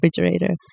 refrigerator